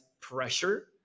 pressure